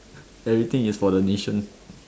everything is for the nation